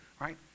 right